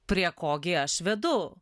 prie ko gi aš vedu